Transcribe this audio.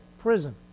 prison